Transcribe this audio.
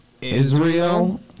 Israel